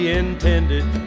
intended